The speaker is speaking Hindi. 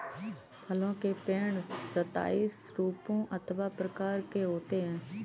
फलों के पेड़ सताइस रूपों अथवा प्रकार के होते हैं